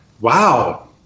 wow